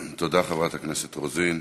תודה, חברת הכנסת רוזין.